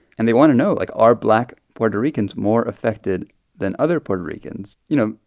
and they want to know, like, are black puerto ricans more affected than other puerto ricans? you know,